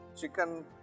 chicken